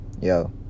yo